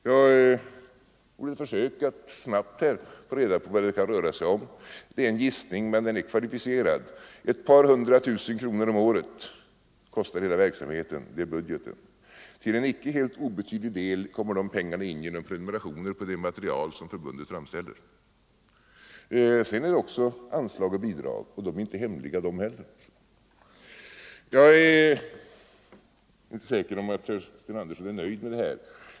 Jag har gjort ett försök att snabbt ta reda på vad det kan röra sig om, och jag vill som en kvalificerad gissning säga att årsbudgeten för hela verksamheten är ett par hundra tusen kronor. Till en icke helt obetydlig del kommer de pengarna in genom prenumerationer på det material som förbundet framställer. Till detta kommer anslag och bidrag, som inte heller är hemliga. Jag är inte säker på att Sten Andersson är nöjd med detta.